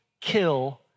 kill